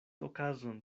okazon